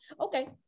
Okay